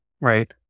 right